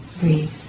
breathe